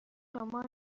شما